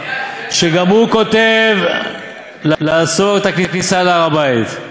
גם הוא כותב לאסור את הכניסה להר-הבית.